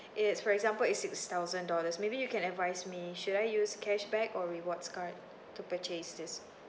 it's for example it's six thousand dollars maybe you can advise me should I use cashback or rewards card to purchase this